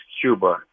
Cuba